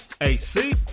AC